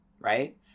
right